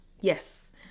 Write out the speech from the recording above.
Yes